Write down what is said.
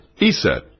ESET